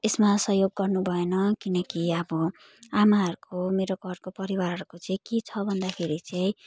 यसमा सहयोग गर्नु भएन किनकि अब आमाहरूको मेरो घरको परिवारको के छ भन्दाखेरि चाहिँ